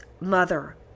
mother